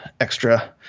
extra